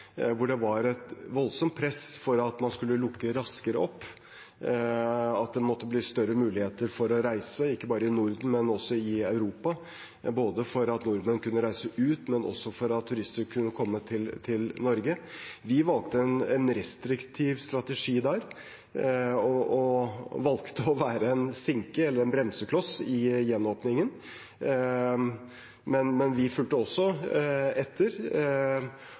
hvor det var et voldsomt press for at man skulle lukke opp raskere, og at det måtte bli større muligheter for å reise, ikke bare i Norden, men også i Europa, både for at nordmenn skulle kunne reise ut, og for at turister skulle kunne komme til Norge. Vi valgte en restriktiv strategi der og valgte å være en sinke eller en bremsekloss i gjenåpningen, men vi fulgte også etter.